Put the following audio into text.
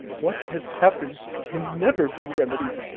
what has happened can never be remedied.